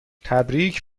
تبریک